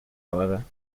however